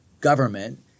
government